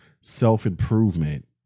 self-improvement